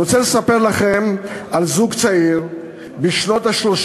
אני רוצה לספר לכם על זוג צעיר בשנות ה-30